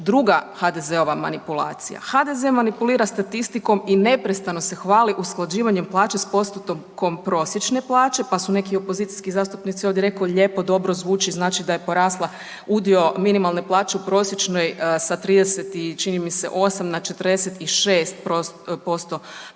druga HDZ-ova manipulacija. HDZ manipulira statistikom i neprestano se hvali usklađivanjem plaće s postotkom prosječne plaće pa su neki opozicijski zastupnici ovdje rekao lijepo dobro zvuči znači da je porasla udio minimalne plaće u prosječnoj sa 30 čini mi se osam na 46%